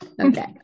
Okay